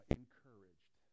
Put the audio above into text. encouraged